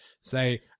say